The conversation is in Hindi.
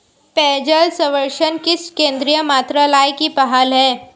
पेयजल सर्वेक्षण किस केंद्रीय मंत्रालय की पहल है?